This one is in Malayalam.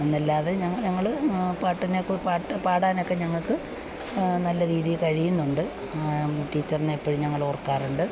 എന്നല്ലാതെ ഞങ്ങൾ ഞങ്ങൾ പാട്ടിനൊക്കെ പാട്ട് പാടാനൊക്കെ ഞങ്ങൾക്ക് നല്ല രീതിയിൽ കഴിയുന്നുണ്ട് ടീച്ചറിനെ എപ്പോഴും ഞങ്ങൾ ഓർക്കാറുണ്ട്